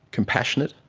compassionate.